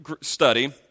study